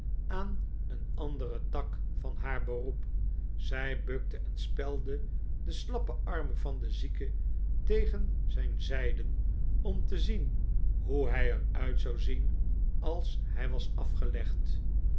aan een anderen tak van haar beroep zij bukte en spelde de slappe armen van den zieke tegen zijn zij den om te zien hoe hij er uit zou zien als hij was afgelegd